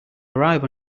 arrive